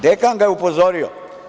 Dekan ga je upozorio.